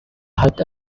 helped